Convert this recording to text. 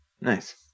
Nice